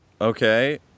Okay